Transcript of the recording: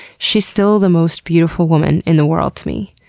she's still the most beautiful woman in the world to me.